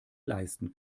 leisten